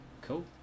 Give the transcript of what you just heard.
Cool